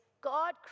God